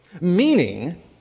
meaning